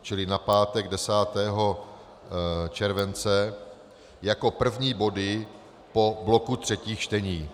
Čili na pátek 10. července jako první body po bloku třetích čtení.